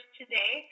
today